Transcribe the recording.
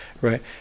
Right